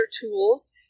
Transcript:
tools